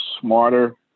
smarter